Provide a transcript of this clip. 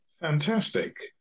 Fantastic